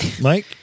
Mike